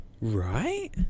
Right